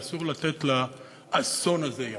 ואסור לתת לאסון הזה יד.